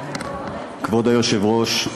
כבוד היושב-ראש,